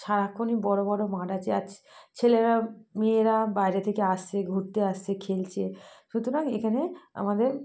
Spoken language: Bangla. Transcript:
সারাক্ষণই বড় বড় মাঠ আছে আছ ছেলেরা মেয়েরা বাইরে থেকে আসছে ঘুরতে আসছে খেলছে সুতরাং এখানে আমাদের